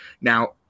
Now